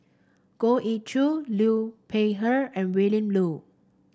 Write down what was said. Goh Ee Choo Liu Peihe and Willin Low